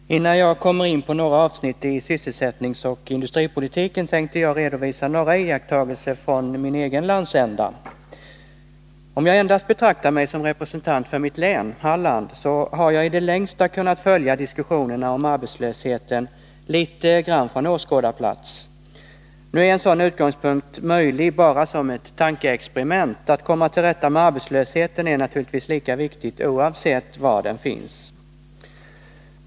Herr talman! Innan jag kommer in på några avsnitt i sysselsättningsoch industripolitiken tänkte jag redovisa några iakttagelser från min egen landsända och då endast betrakta mig som representant för mitt län, Halland. Som sådan har jag i det längsta kunnat följa diskussionerna om arbetslösheten litet grand från åskådarplats. Nu är ju en sådan utgångspunkt möjlig bara som ett tankeexperiment. Att komma till rätta med arbetslösheten är naturligtvis lika viktigt oavsett var den finns.